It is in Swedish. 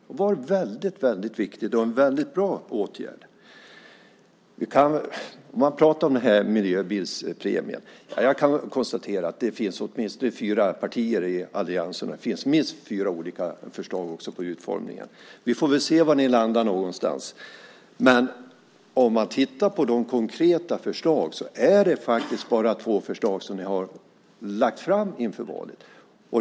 Det har varit väldigt viktigt och det har varit en väldigt bra åtgärd. Man pratar om miljöbilspremien. Jag kan konstatera att det finns fyra partier i alliansen och det finns minst fyra förslag på utformningen. Vi får se var ni landar. Om man tittar på de konkreta förslagen ser man att det bara är två förslag som ni har lagt fram inför valet.